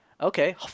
Okay